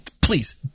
please